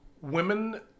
Women